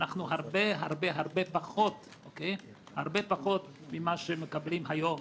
אנחנו הרבה-הרבה פחות ממה שמקבלים היום.